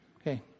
Okay